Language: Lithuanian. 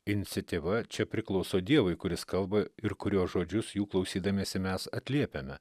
iniciatyva čia priklauso dievui kuris kalba ir kurio žodžius jų klausydamiesi mes atliepiame